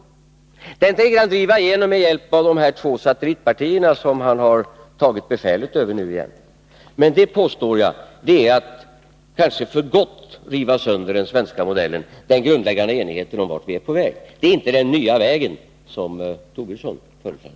Den politiken tänker han driva igenom med hjälp av de två satellitpartier som han har tagit befälet över nu igen. Det är, påstår jag, att kanske för gott riva sönder den svenska modellen. Den modellen kännetecknades av grundläggande enighet om vart vi är på väg. Det gör inte den nya väg som Lars Tobisson företräder.